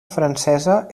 francesa